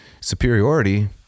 superiority